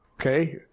Okay